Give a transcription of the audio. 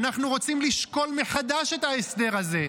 אנחנו רוצים לשקול מחדש את ההסדר הזה.